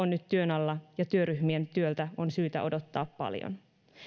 on nyt työn alla ja työryhmien työltä on syytä odottaa paljon